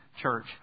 church